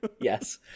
Yes